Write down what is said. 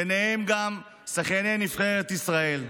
ביניהם גם שחייני נבחרת ישראל.